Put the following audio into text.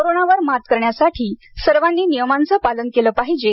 कोरोनावर मात करण्यासाठी सर्वांनी नियमांचे पालन केले पाहिजे